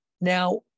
Now